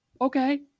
Okay